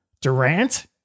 durant